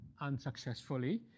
unsuccessfully